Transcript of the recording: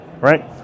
right